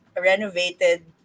renovated